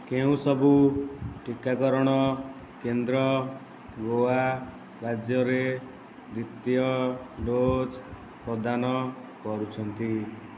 କେଉଁ ସବୁ ଟିକାକରଣ କେନ୍ଦ୍ର ଗୋଆ ରାଜ୍ୟରେ ଦ୍ୱିତୀୟ ଡୋଜ୍ ପ୍ରଦାନ କରୁଛନ୍ତି